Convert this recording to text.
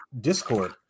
Discord